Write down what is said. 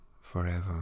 forever